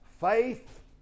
Faith